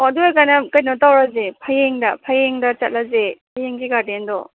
ꯑꯣ ꯑꯗꯨ ꯑꯣꯏꯔꯒꯅ ꯀꯩꯅꯣ ꯇꯧꯔꯁꯦ ꯐꯌꯦꯡꯗ ꯐꯌꯦꯡꯗ ꯆꯠꯂꯁꯦ ꯐꯌꯦꯡꯒꯤ ꯒꯥꯔꯗꯦꯟꯗꯣ